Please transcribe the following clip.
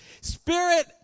Spirit